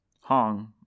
Hong